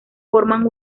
forman